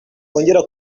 wongera